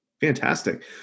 Fantastic